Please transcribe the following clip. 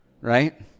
right